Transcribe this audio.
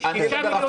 6 מיליון שקל.